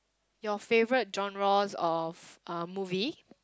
your favourite genres of uh movie